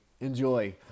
Enjoy